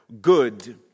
good